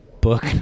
book